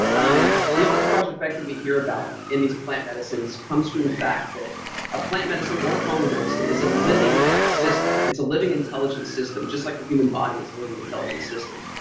um the entourage effect that we hear about in these plant medicines comes from the fact that a plant medicine or a fungal medicine is a living system. it's a living, intelligent system just like the human body is a living, intelligent system.